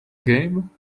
game